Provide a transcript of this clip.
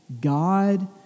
God